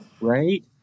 right